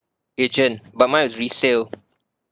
agent but mine was resale